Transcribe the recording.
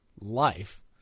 life